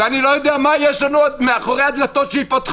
ואני לא יודע מה יש לנו עוד מאחורי הדלתות שייפתחו,